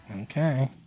Okay